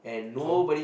so